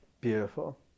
Beautiful